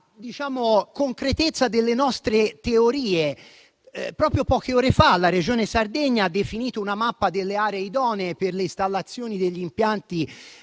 la concretezza delle nostre teorie: proprio poche ore fa la Regione Sardegna ha definito una mappa delle aree idonee all'installazione degli impianti